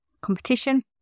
competition